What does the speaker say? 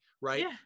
right